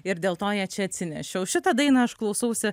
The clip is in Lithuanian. ir dėl to ją čia atsinešiau šitą dainą aš klausausi